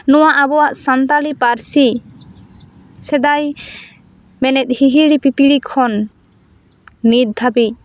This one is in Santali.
ᱱᱚᱣᱟ ᱟᱵᱚᱣᱟᱜ ᱥᱟᱱᱛᱟᱲᱤ ᱯᱟᱹᱨᱥᱤ ᱥᱮᱫᱟᱭ ᱢᱮᱱᱮᱫ ᱦᱤᱦᱤᱲᱤ ᱯᱤᱯᱤᱲᱤ ᱠᱷᱚᱱ ᱱᱤᱛ ᱫᱷᱟᱹᱵᱤᱡ